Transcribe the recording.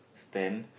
stand